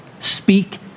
Speak